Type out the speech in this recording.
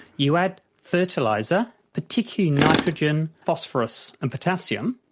you add fertiliser, particularly nitrogen, phosphorus and potassium,